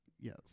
Yes